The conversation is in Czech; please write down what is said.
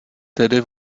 tedy